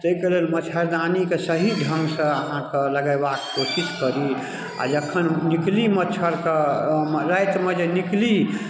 तैके लेल मच्छरदानीके सही ढङ्गसँ अहाँके लगेबाक कोशिश करी आओर जखन निकली मच्छर कऽ रातिमे जे निकली